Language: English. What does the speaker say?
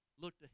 looked